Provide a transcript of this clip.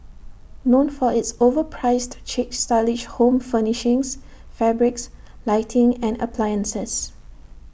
known for its overpriced chic stylish home furnishings fabrics lighting and appliances